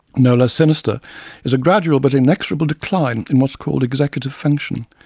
no less sinister is a gradual but inexorable decline in what's called executive function,